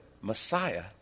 Messiah